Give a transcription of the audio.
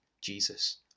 Jesus